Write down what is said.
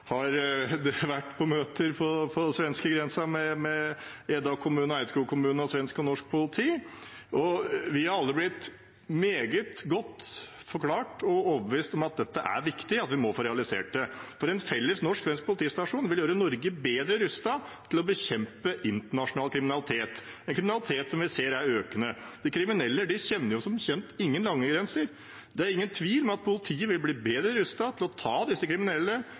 har vært på møter på svenskegrensen med Eda kommune og Eidskog kommune og svensk og norsk politi. Vi har alle fått det meget godt forklart og er blitt overbevist om at dette er viktig, at vi må få realisert det, for en felles norsk-svensk politistasjon vil gjøre Norge bedre rustet til å bekjempe internasjonal kriminalitet, en kriminalitet som vi ser er økende. De kriminelle kjenner jo som kjent ingen landegrenser. Det er ingen tvil om at politiet vil bli bedre rustet til å ta disse kriminelle,